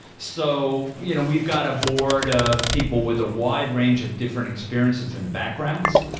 so you know we've got a board of people with a wide range of different experiences and backgrounds,